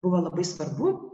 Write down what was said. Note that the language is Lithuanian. buvo labai svarbu